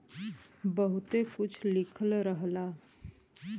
बहुते कुछ लिखल रहला